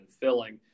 filling